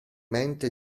mente